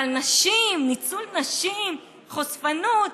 אבל נשים, ניצול נשים, חשפנות,